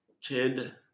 kid